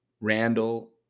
Randall